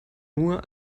nur